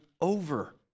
over